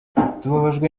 tubabajwe